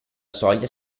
soglia